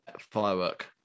firework